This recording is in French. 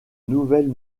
nouvelles